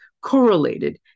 correlated